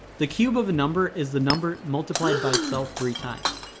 the cube of a number is the number multiplied by itself three times.